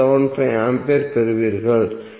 75 ampere பெறுவீர்கள்